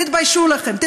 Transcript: תתביישו לכם.